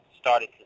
started